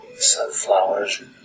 Sunflowers